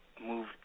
move